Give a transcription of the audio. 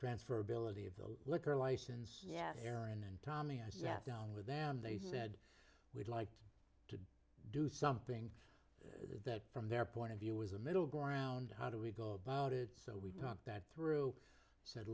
transferability of the liquor license yeah aaron and tommy i sat down with them they said we'd like to do something that from their point of view was a middle ground how do we go about it so we talked that through said